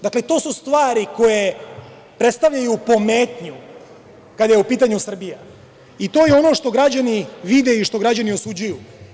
Dakle, to su stvari koje predstavljaju pometnju kada je u pitanju Srbija i to je ono što građani vide i što građani osuđuju.